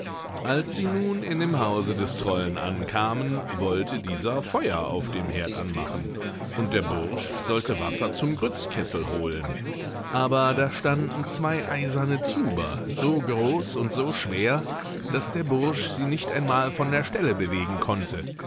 als sie nun in dem hause des trollen ankamen wollte dieser feuer auf dem herd anmachen und der bursch sollte wasser zum grützkessel holen aber da standen zwei eiserne zuber so groß und so schwer daß der bursch sie nicht einmal von der stelle bewegen konnte